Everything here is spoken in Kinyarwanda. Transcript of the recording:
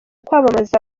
kwamamaza